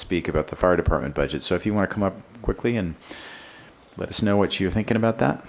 speak about the fire department budget so if you want to come up quickly and let us know what you're thinking about that